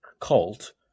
cult